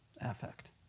affect